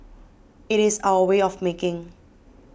it is our way of making